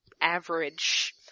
average